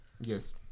Yes